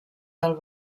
del